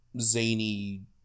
zany